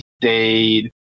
stayed